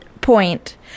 point